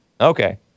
Okay